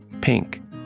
pink